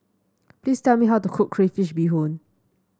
please tell me how to cook Crayfish Beehoon